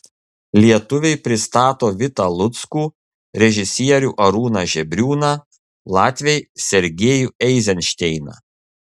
lietuviai pristato vitą luckų režisierių arūną žebriūną latviai sergejų eizenšteiną